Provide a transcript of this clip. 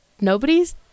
nobody's